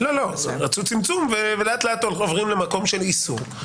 עשו צמצום ולאט-לאט אנחנו עוברים למקום של איסור.